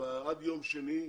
עד יום שני,